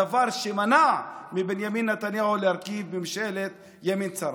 הדבר שמנע מבנימין נתניהו להרכיב ממשלת ימין צרה.